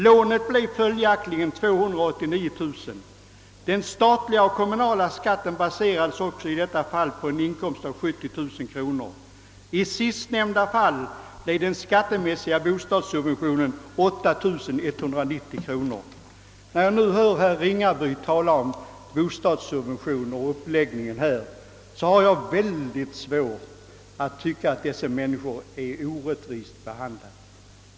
Lånet blev följaktligen 289 000 kronor. Den statliga och kommunala skatten baserades också i detta fall på en inkomst av 70 000 kronor. I detta fall blev den skattemässiga bostadssubventionen 8190 kronor. När jag nu hör herr Ringaby tala om bostadssubventioner och uppläggningen härvidlag har jag mycket svårt att tycka att de människor det här gäller är orättvist behandlade.